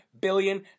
billion